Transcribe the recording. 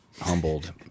humbled